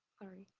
sorry,